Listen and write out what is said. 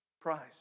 Christ